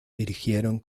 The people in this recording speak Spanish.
dirigieron